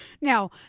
Now